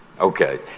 Okay